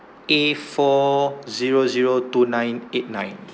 A four zero zero two nine eight nine